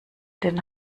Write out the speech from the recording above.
den